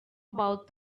about